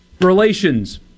relations